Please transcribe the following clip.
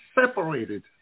separated